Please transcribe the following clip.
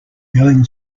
going